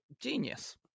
genius